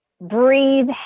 breathe